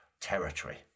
territory